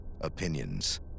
opinions